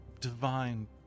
divine